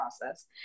process